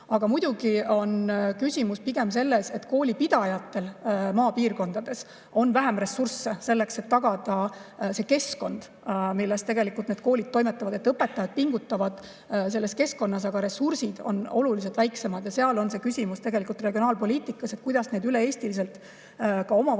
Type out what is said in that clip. Aga muidugi on küsimus pigem selles, et koolipidajatel on maapiirkondades vähem ressursse selleks, et tagada hea keskkond, milles need koolid toimetavad. Õpetajad pingutavad selles keskkonnas, aga ressursid on oluliselt väiksemad. Küsimus on tegelikult regionaalpoliitikas, kuidas üle-eestiliselt, ka omavalitsuste